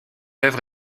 œuvre